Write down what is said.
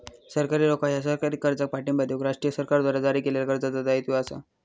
सरकारी रोखा ह्या सरकारी खर्चाक पाठिंबा देऊक राष्ट्रीय सरकारद्वारा जारी केलेल्या कर्ज दायित्व असा